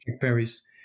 Paris